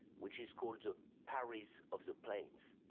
which is called the paris of the plains.